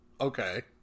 Okay